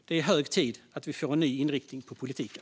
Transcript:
Det är hög tid att vi får en ny inriktning på politiken.